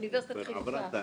מאוניברסיטה חיפה,